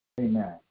Amen